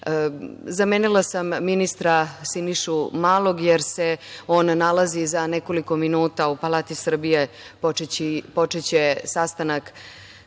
godini. Zamenila sam ministra Sinišu Malog jer se on nalazi za nekoliko minuta u Palati Srbije, gde će početi sastanak